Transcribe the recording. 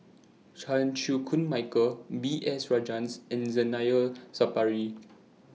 Chan Chew Koon Michael B S Rajhans and Zainal Sapari